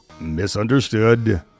misunderstood